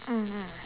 mm mm